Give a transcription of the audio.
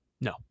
no